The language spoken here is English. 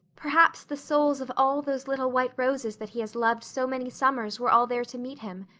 perhaps the souls of all those little white roses that he has loved so many summers were all there to meet him.